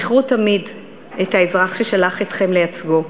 זכרו תמיד את האזרח ששלח אתכם לייצגו,